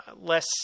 less